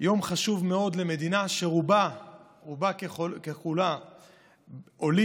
יום חשוב מאוד למדינה שרובה ככולה עולים,